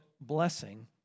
blessing